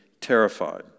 terrified